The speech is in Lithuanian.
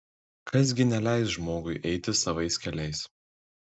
kas gi neleis žmogui eiti savais keliais